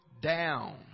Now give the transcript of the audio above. down